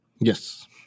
Yes